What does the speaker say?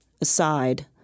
aside